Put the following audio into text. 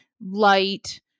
light